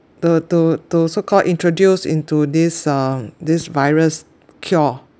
to to to so called introduced into this uh this virus cure